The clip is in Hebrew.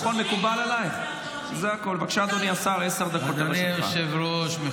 אדוני היושב-ראש.